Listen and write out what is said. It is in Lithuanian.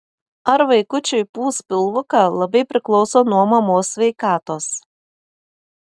ar vaikučiui pūs pilvuką labai priklauso nuo mamos sveikatos